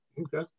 Okay